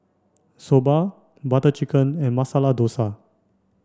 Soba Butter Chicken and Masala Dosa